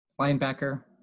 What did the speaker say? linebacker